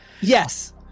Yes